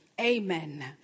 Amen